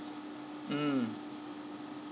mm